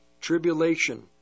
Tribulation